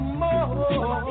more